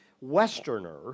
westerner